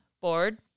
bored